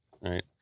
right